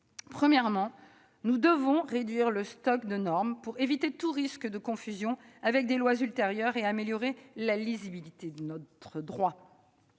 Premièrement, nous devons réduire le stock de normes, pour éviter tout risque de confusion avec des lois ultérieures et améliorer la lisibilité de notre droit.